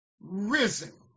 risen